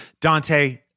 Dante